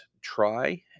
try